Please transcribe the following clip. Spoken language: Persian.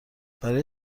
برای